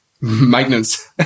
maintenance